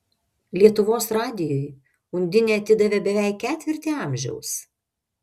lietuvos radijui undinė atidavė beveik ketvirtį amžiaus